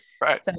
Right